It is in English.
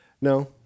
No